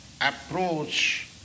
approach